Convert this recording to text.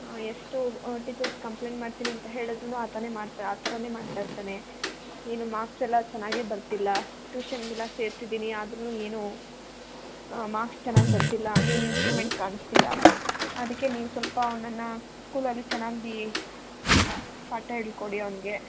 ಎಷ್ಟು teachers complaint ಮಾಡ್ತೀನಿ ಅಂತ ಹೇಳದ್ರು ಆತನೆ ಮಾಡ್ತಾ ಆ ಥರನೆ ಮಾಡ್ತಾ ಇರ್ತಾನೆ ಏನು ಮಾರ್ಕ್ಸ್ ಎಲ್ಲ ಚೆನ್ನಾಗೇ ಬರ್ತಿಲ್ಲ ಟ್ಯೂಷನ್ಗೆಲ್ಲ ಸೇರಿಸಿದೀನಿ ಆದ್ರು ಏನು ಮಾರ್ಕ್ಸ್ ಚೆನ್ನಾಗಿ ಬರ್ತಿಲ್ಲ ಏನು ಇಂಪ್ರೂವ್ಮೆಂಟ್ ಕಾಣಿಸ್ತಿಲ್ಲ ಅದಕ್ಕೆ ನೀವು ಸ್ವಲ್ಪ ಅವನನ್ನ ಸ್ಕೂಲಲ್ಲಿ ಚೆನ್ನಾಗಿ ಪಾಠ ಹೇಳ್ಕೊಡಿ ಅವ್ನಿಗೆ